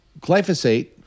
glyphosate